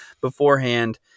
beforehand